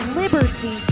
liberty